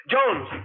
Jones